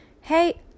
hey